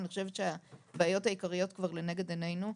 אני חושבת שהבעיות העיקריות כבר לנגד עינינו.